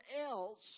else